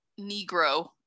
Negro